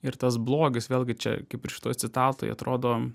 ir tas blogis vėlgi čia kaip ir šitoj citatoj atrodo